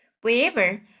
wherever